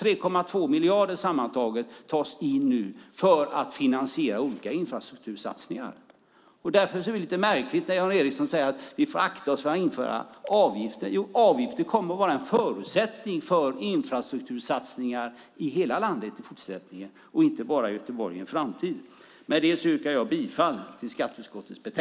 3,2 miljarder tas sammantaget in för att finansiera olika infrastruktursatsningar. Därför blir det lite märkligt när Jan Ericson säger att vi får akta oss för att införa avgifter. Avgifter kommer att vara en förutsättning för infrastruktursatsningar i hela landet och inte bara i Göteborg i en framtid. Med det yrkar jag bifall till förslaget i skatteutskottets betänkande.